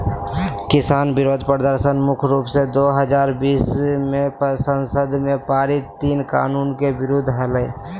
किसान विरोध प्रदर्शन मुख्य रूप से दो हजार बीस मे संसद में पारित तीन कानून के विरुद्ध हलई